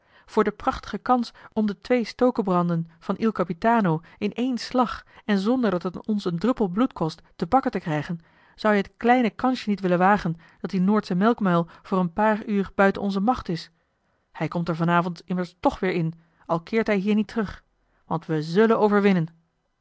voor de prachtige kans om de twee stokebranden van il capitano in één slag en zonder dat het ons een droppel bloed kost te pakken te krijgen zou-je het kleine kansje niet willen wagen dat die noordsche melkmuil voor een paar uur buiten onze macht is hij komt er vanavond immers tch weer in al keert hij hier niet terug want we zullen overwinnen